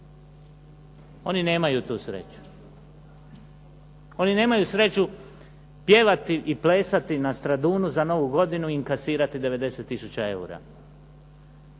Oni nemaju tu sreću. Oni nemaju sreću pjevati i plesati na Stradunu za novu godinu i inkasirati 90 tisuća eura.